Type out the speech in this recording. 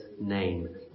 name